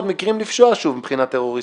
מקרים לפשוע שוב מבחינה טרוריסטית-ביטחונית.